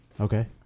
okay